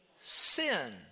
sin